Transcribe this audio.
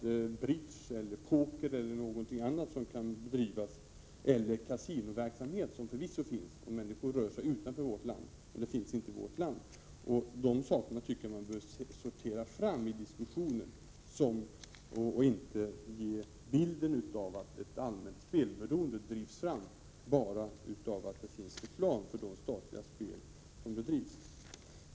I diskussionen bör man även ta fram det bridgespel och det pokerspel, samt även den kasinoverksamhet som finns för människor som rör sig utanför vårt land, även om denna verksamhet inte finns i Sverige, och inte ge bilden att ett allmänt spelberoende drivs fram bara på grund av att det finns reklam för de statliga spel som bedrivs.